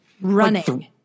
running